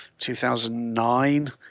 2009